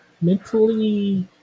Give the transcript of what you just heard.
mentally